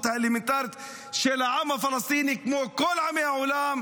האלמנטרית של העם הפלסטיני כמו כל עמי העולם,